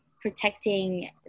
protecting